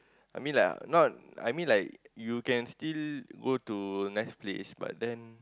I mean like not I mean like you can still go to nice place but then